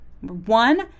one